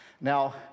Now